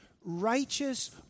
Righteous